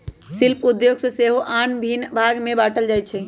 शिल्प उद्योग के सेहो आन भिन्न भाग में बाट्ल जाइ छइ